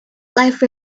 life